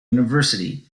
university